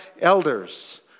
elders